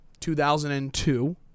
2002